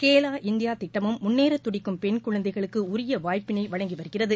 Khelo India திட்டமும் முன்ளேற துடிக்கும் பெண்குழந்தைகளுக்கு உரிய வாய்ப்பினை வழங்கி வருகிறது